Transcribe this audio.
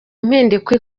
impinduka